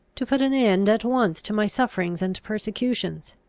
to put an end at once to my sufferings and persecutions.